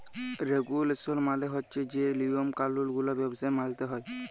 রেগুলেসল মালে হছে যে লিয়ম কালুল গুলা ব্যবসায় মালতে হ্যয়